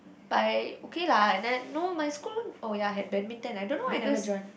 but I okay lah and then no my school oh ya have badminton I don't know why I never join